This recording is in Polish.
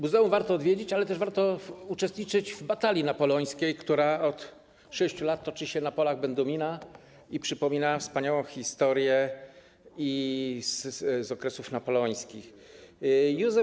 Muzeum warto odwiedzić, ale też warto uczestniczyć w „Batalii Napoleońskiej”, która od 6 lat toczy się na polach Będomina i przypomina wspaniałą historię z okresu napoleońskiego.